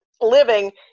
living